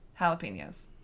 jalapenos